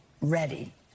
ready